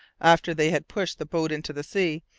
after they had pushed the boat into the sea,